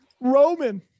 Roman